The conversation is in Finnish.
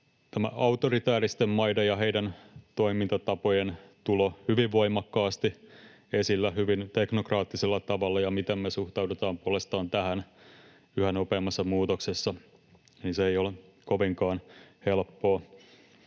autoritääristen maiden ja heidän toimintatapojensa tulo hyvin voimakkaasti esillä hyvin teknokraattisella tavalla, ja se, miten me suhtaudutaan puolestaan tähän yhä nopeammassa muutoksessa, ei ole kovinkaan helppoa.